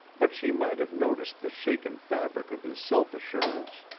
but she might have noticed the shaken fabric of his self-assurance.